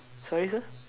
sorry sir